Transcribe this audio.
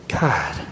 God